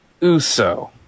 Uso